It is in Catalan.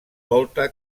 volta